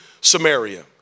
Samaria